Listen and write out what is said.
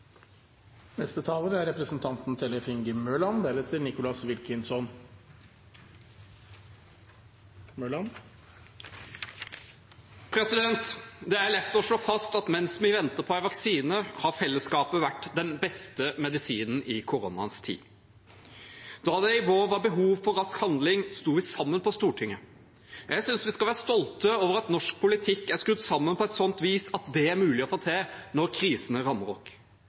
Det er lett å slå fast at mens vi venter på en vaksine, har fellesskapet vært den beste medisinen i koronaens tid. Da det i vår var behov for rask handling, sto vi sammen på Stortinget. Jeg synes vi skal være stolte over at norsk politikk er skrudd sammen på et sånt vis at det er mulig å få til når krisene rammer